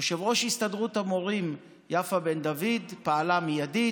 יושבת-ראש הסתדרות המורים יפה בן דוד פעלה מיידית,